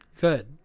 good